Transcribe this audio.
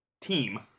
team